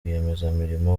rwiyemezamirimo